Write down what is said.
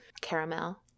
caramel